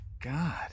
god